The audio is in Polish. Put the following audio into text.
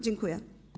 Dziękuję.